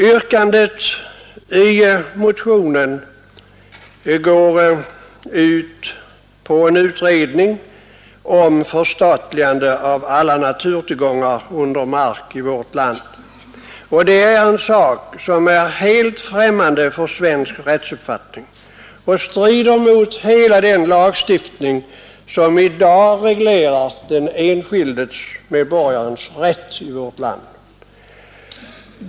Yrkandet i motionen går ut på en utredning om förstatligande av alla naturtillgångar under markytan i vårt land. Detta är något som är helt främmande för svensk rättsuppfattning och som strider mot hela den lagstiftning som i dag reglerar den enskilde medborgarens rätt i vårt land.